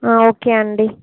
okay అండి